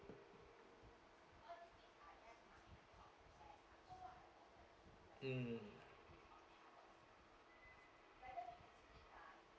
mm